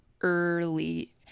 early